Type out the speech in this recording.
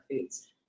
foods